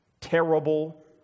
terrible